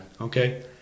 Okay